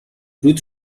روت